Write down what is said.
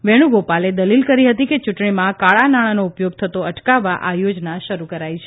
વેણુગોપાલે દલીલ કરી હતી કે ચૂંટણીમાં કાળા નાણાનો ઉપયોગ થતો અટકાવવા આ યોજના શરૂ કરાઇ છે